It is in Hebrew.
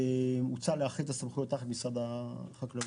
הוצע לאחד את הסמכויות תחת משרד החקלאות.